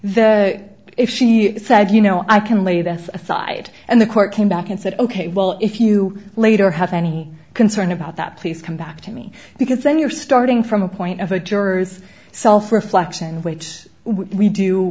the if she said you know i can lay the thought i had and the court came back and said ok well if you later have any concern about that please come back to me because then you're starting from a point of a juror's self reflection which we do